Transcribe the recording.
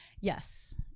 Yes